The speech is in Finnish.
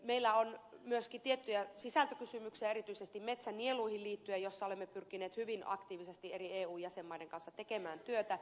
meillä on myöskin tiettyjä sisältökysymyksiä erityisesti metsänieluihin liittyen joissa olemme pyrkineet hyvin aktiivisesti eri eu jäsenmaiden kanssa tekemään työtä